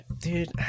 dude